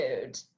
food